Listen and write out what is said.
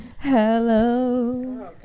Hello